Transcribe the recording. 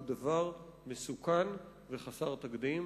הוא דבר מסוכן וחסר תקדים.